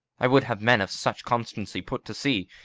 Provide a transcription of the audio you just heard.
i would have men of such constancy put to sea,